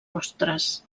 rostres